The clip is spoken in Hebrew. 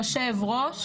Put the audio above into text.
יושב-ראש